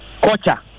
culture